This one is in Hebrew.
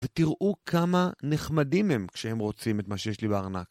ותראו כמה נחמדים הם כשהם רוצים את מה שיש לי בארנק.